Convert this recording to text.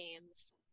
games